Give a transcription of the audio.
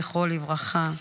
זכרו לברכה,